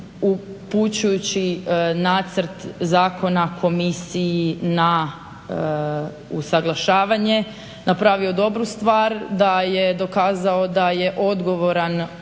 upućujući nacrt zakona komisiji na usuglašavanje napravio dobru stvar da je dokazao da je odgovoran